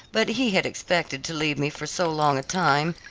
but he had expected to leave me for so long a time,